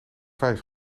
vijf